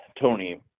Tony